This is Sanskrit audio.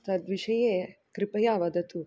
तद्विषये कृपया वदतु